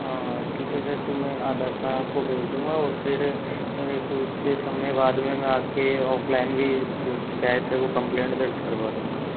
हाँ हाँ ठीक है सर तो में आधार कार्ड आपको भेज दूँगा और फिर कुछ समय बाद में मैं आके ऑफलाइन भी जो शिकायत है वो कम्प्लैन्ट दर्ज करवा दूँगा